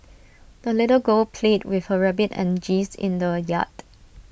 the little girl played with her rabbit and geese in the yard